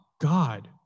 God